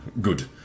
Good